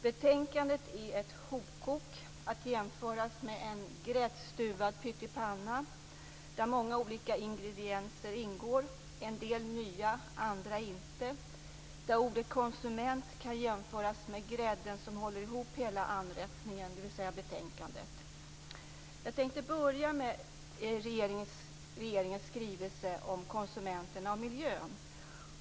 Betänkandet är ett hopkok att jämföras med en gräddstuvad pyttipanna, där många olika ingredienser ingår, en del nya, andra inte. Ordet konsument kan jämföras med grädden som håller ihop hela anrättningen, dvs. betänkandet. Jag tänkte börja med regeringens skrivelse om konsumenterna och miljön.